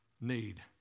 need